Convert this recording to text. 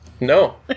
No